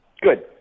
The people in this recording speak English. Good